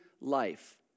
life